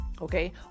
Okay